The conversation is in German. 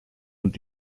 und